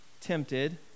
tempted